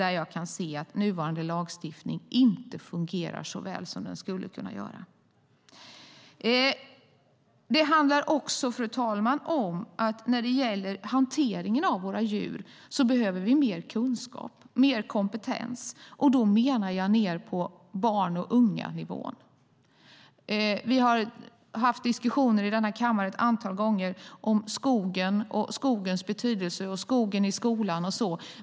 Men jag kan se där att nuvarande lagstiftning inte fungerar så väl som den skulle kunna göra. Det handlar också, fru talman, om att vi när det gäller hanteringen av våra djur behöver mer kunskap och mer kompetens. Då menar jag ned på nivån barn och unga. Vi har ett antal gånger i denna kammare haft diskussioner om skogen, skogens betydelse, skogen i skolan och så vidare.